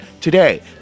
today